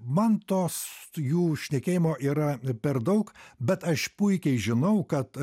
man tos jų šnekėjimo yra per daug bet aš puikiai žinau kad